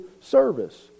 service